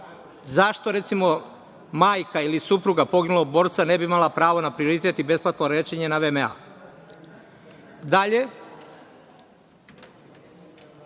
Zašto majka ili supruga poginulog borca ne bi imala pravo na prioritet i besplatno lečenje na VMA? Dalje,